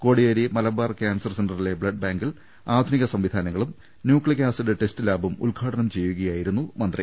Kodiyeri Malabar cancer സെന്ററിലെ blood ബാങ്കിൽ ആധുനിക സംവിധാനങ്ങളും ന്യൂക്ലിക് ആസിഡ് ടെസ്റ്റ് ലാബും ഉദ്ഘാടനം ചെയ്യുക യായിരുന്നു മന്ത്രി